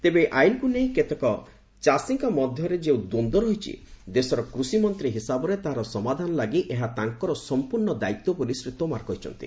ତେବେ ଏହି ଆଇନକୁ ନେଇ କେତେକ ଚାଷୀଙ୍କ ମଧ୍ୟରେ ଯେଉଁ ଦ୍ୱନ୍ଦ୍ୱ ରହିଛି ଦେଶର କୃଷି ମନ୍ତ୍ରୀ ହିସାବରେ ତାହାର ସମାଧାନ ଲାଗି ଏହା ତାଙ୍କର ସମ୍ପର୍ଣ୍ଣ ଦାୟିତ୍ୱ ବୋଲି ଶ୍ରୀ ତୋମାର କହିଛନ୍ତି